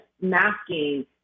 masking